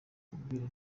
kubwira